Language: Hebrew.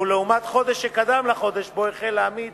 או לעומת חודש שקדם לחודש שבו החל העמית